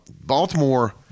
Baltimore